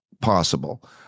possible